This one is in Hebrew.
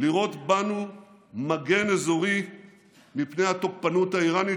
לראות בנו מגן אזורי מפני התוקפנות האיראנית,